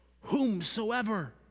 whomsoever